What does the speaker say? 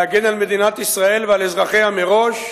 להגן על מדינת ישראל ועל אזרחיה מראש,